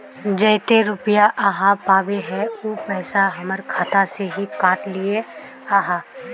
जयते रुपया आहाँ पाबे है उ पैसा हमर खाता से हि काट लिये आहाँ?